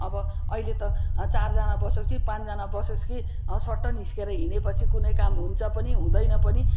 अब अहिले त चारजना बसोस् कि पाँचजना बसोस् कि सट्ट निस्केर हिँडेपछि कुनै काम हुन्छ पनि हुँदैन पनि